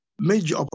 major